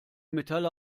metalle